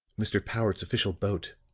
mr. powart's official boat,